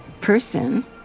person